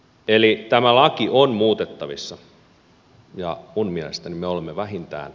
eli tämä laki on muutettavissa ja minun mielestäni me olemme vähintään